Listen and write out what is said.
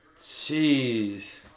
Jeez